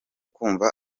kumva